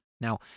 Now